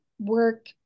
work